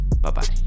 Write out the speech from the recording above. bye-bye